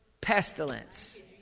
pestilence